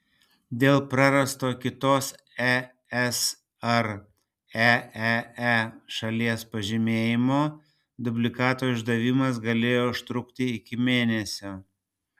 dėl prarasto kitos es ar eee šalies pažymėjimo dublikato išdavimas galėjo užtrukti iki mėnesio